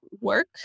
work